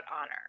honor